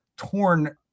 torn